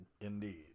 Indeed